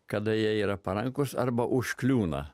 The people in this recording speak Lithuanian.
kada jie yra parankūs arba užkliūna